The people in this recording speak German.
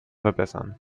verbessern